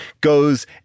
goes